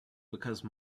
because